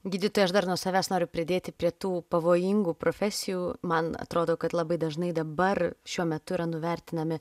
gydytoja aš dar nuo savęs noriu pridėti prie tų pavojingų profesijų man atrodo kad labai dažnai dabar šiuo metu yra nuvertinami